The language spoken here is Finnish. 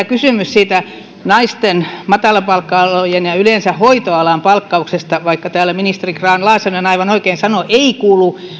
kysymys naisten matalapalkka alojen ja yleensä hoitoalan palkkauksesta vaikka täällä ministeri grahn laasonen aivan oikein sanoi että se ei kuulu